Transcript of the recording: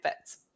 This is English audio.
fits